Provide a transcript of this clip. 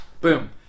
Boom